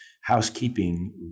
housekeeping